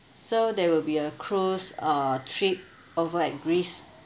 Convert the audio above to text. so there will be a cruise uh trip over at greece